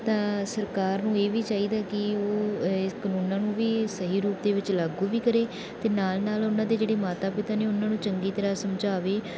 ਤਾਂ ਸਰਕਾਰ ਨੂੰ ਇਹ ਵੀ ਚਾਹੀਦਾ ਕਿ ਉਹ ਇਹ ਕਾਨੂੰਨਾਂ ਨੂੰ ਵੀ ਸਹੀ ਰੂਪ ਦੇ ਵਿੱਚ ਲਾਗੂ ਵੀ ਕਰੇ ਅਤੇ ਨਾਲ ਨਾਲ ਉਹਨਾਂ ਦੇ ਜਿਹੜੇ ਮਾਤਾ ਪਿਤਾ ਨੇ ਉਹਨਾਂ ਨੂੰ ਚੰਗੀ ਤਰ੍ਹਾਂ ਸਮਝਾਵੇ